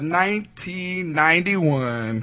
1991